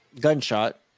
gunshot